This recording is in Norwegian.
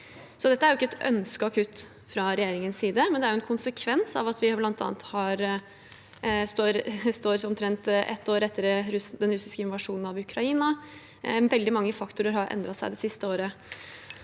Dette er ikke et ønsket kutt fra regjeringens side, men det er en konsekvens av at vi bl.a. står omtrent et år etter den russiske invasjonen av Ukraina. Veldig mange faktorer har endret seg det siste året.